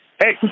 hey